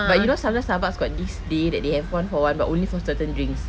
but you know sometimes Starbucks got this day that they have one for one but only for certain drinks